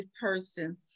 person